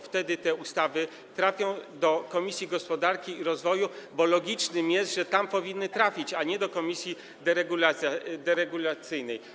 Wtedy te ustawy trafią do Komisji Gospodarki i Rozwoju, bo logiczne jest, że tam powinny trafić, a nie do komisji deregulacyjnej.